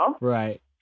right